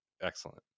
Excellent